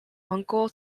uncle